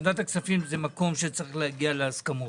ועדת הכספים זה מקום בו צריך להגיע להסכמות.